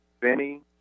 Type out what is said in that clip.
Benny